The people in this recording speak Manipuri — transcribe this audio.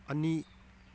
ꯑꯅꯤ